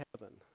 heaven